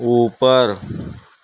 اوپر